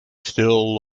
still